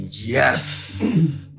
Yes